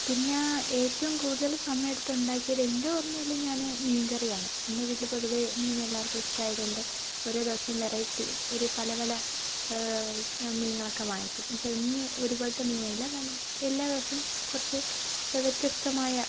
പിന്നെ ഏറ്റവും കൂടുതൽ സമയം എടുത്തുണ്ടാക്കിയത് എൻ്റെോർമയിൽ ഞാൻ മീൻ കറിയാണ് എൻ്റെ വീട്ടിൽ പൊതുവെ മീൻ എല്ലാവർക്കും ഇഷ്ടമായതുകൊണ്ട് ഓരോ ദിവസം വെറൈറ്റി ഒരു പല പല മീനുകളൊക്കെ വാങ്ങിക്കും എന്നുവെച്ചാൽ എന്നും ഒരുപോലത്തെ മീൻ വാങ്ങില്ല വല്ല എല്ലാ ദിവസം കുറച്ച് വ്യത്യസ്തമായ